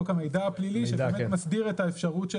חוק המידע הפלילי שמסדיר את האפשרות של